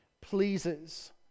pleases